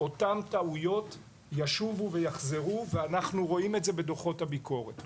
אותן טעויות ישובו ויחזרו ואנחנו רואים את זה בדוחות הביקורת,